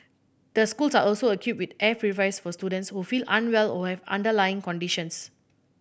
the schools are also equipped with air purifiers for students who feel unwell or have underlying conditions